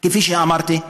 כפי שאמרתי,